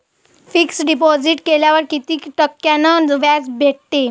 Fix deposit केल्यावर कितीक टक्क्यान व्याज भेटते?